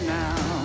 now